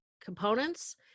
components